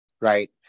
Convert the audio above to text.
right